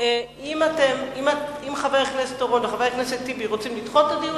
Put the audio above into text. אם חבר הכנסת אורון או חבר הכנסת טיבי רוצים לדחות את הדיון,